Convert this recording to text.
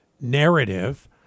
narrative